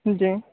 जी